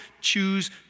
choose